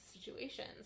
situations